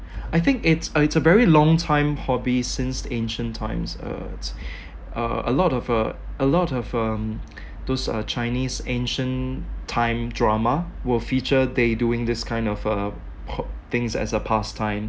I think it's a it's a very long time hobby since ancient times uh a lot of uh a lot of um those uh chinese ancient time drama will feature they doing this kind of uh hob~ things as a pastime